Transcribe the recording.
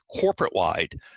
corporate-wide